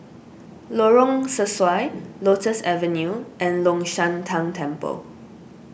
Lorong Sesuai Lotus Avenue and Long Shan Tang Temple